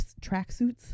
tracksuits